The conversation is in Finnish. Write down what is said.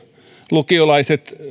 lukiolaiset